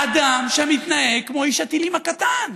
אדם שמתנהג כמו איש הטילים הקטן.